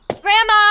Grandma